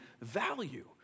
value